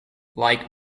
like